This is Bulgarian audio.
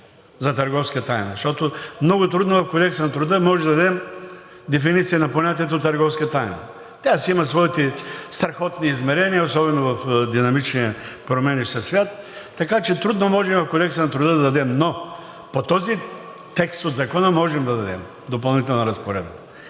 Закона. Защото много трудно в Кодекса на труда можем да дадем дефиниция на понятието „търговска тайна“. Тя си има своите страхотни измерения, особено в динамичния променящ се свят, така че трудно може в Кодекса на труда да дадем, но по този текст от Закона можем да дадем Допълнителна разпоредба